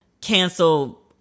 cancel